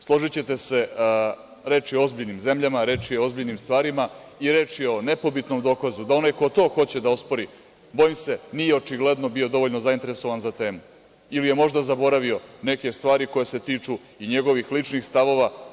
Složićete se, reč je o ozbiljnim zemljama, reč je o ozbiljnim stvarima i reč je o nepobitnom dokazu da onaj ko to hoće da ospori, bojim se, nije očigledno bio dovoljno zainteresovan za temu ili je možda zaboravio neke stvari koje se tiču i njegovih ličnih stavova.